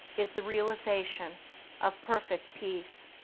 is the realization of perfect peace.